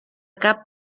cap